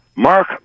Mark